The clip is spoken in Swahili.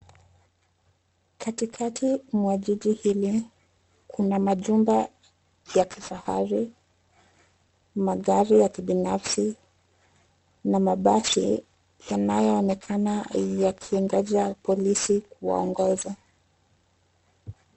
Katikati mwa jiji hili, kuna majumba ya kifahari, magari ya kibinafsi na mabasi yanayoonekana yaki ngoja polisi kuwaongoza.